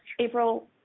April